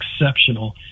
exceptional